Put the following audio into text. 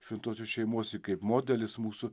šventosios šeimos ji kaip modelis mūsų